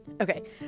Okay